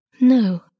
No